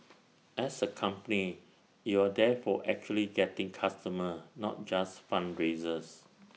as A company you are therefore actually getting customers not just fundraisers